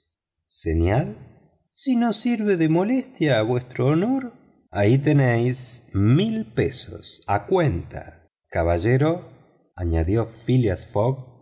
seña si no sirve de molestia a vuestro honor ahí tenéis doscientas libras a cuenta caballero añadió phileas fogg